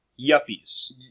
Yuppies